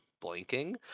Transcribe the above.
blinking